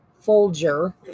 Folger